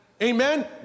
amen